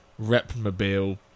Repmobile